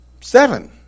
seven